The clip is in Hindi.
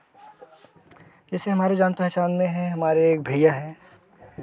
जैसे हमारे जान पहचान में है हमारे एक भैया हैं